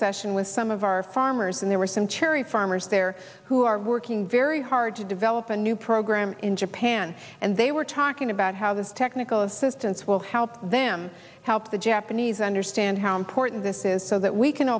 session with some of our farmers and there were some cherry farmers there who are working very hard to develop a new program in japan and they were talking about how this technical assistance will help them help the japanese understand how important this is so that we can